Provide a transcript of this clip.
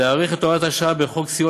זה להאריך את הוראת השעה בחוק סיוע